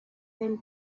them